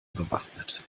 bewaffnet